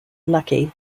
lucky